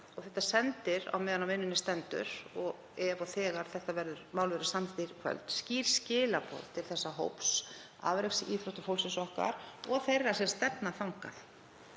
og það sendir, á meðan á vinnunni stendur og ef og þegar málið verður samþykkt í kvöld, skýr skilaboð til þessa hóps, afreksíþróttafólksins okkar og þeirra sem stefna þangað,